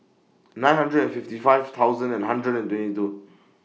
nine hundred and fifty five thousand and hundred and twenty two